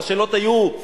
השאלות היו,